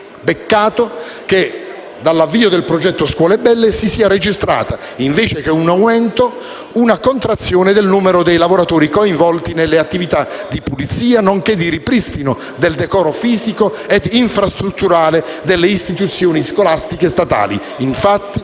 Peccato che, dall'avvio del progetto scuole belle, invece che un aumento si sia registrata una contrazione del numero dei lavoratori coinvolti nelle attività di pulizia nonché di ripristino del decoro fisico e infrastrutturale delle istituzioni scolastiche statali. Infatti,